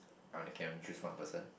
I only can only choose one person